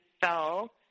fell